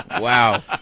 Wow